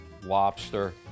lobster